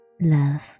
Love